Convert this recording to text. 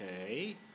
Okay